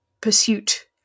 pursuit